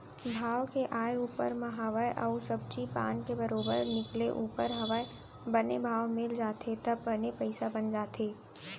भाव के आय ऊपर म हवय अउ सब्जी पान के बरोबर निकले ऊपर हवय बने भाव मिल जाथे त बने पइसा बन जाथे